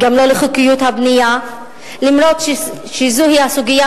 בחודש הבא, ללא קורת-גג,